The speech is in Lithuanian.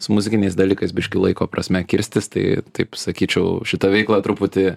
su muzikiniais dalykais biški laiko prasme kirstis tai taip sakyčiau šitą veiklą truputį